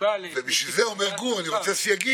סופי שלה כדי שהיא תתחיל לפעול ותתחיל להיות מיושמת.